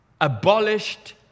abolished